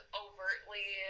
overtly